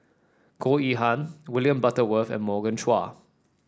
Goh Yihan William Butterworth and Morgan Chua